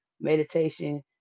meditation